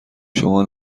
شما